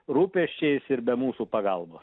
rūpesčiais ir be mūsų pagalbo